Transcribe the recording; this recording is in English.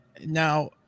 Now